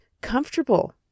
comfortable